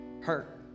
hurt